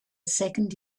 second